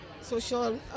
social